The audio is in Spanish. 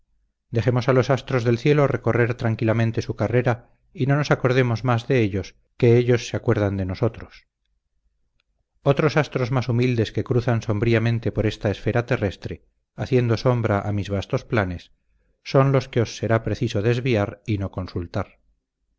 dejemos a los astros del cielo recorrer tranquilamente su carrera y no nos acordemos más de ellos que ellos se acuerdan de nosotros otros astros más humildes que cruzan sombríamente por esta esfera terrestre haciendo sombra a mis vastos planes son los que os será preciso desviar y no consultar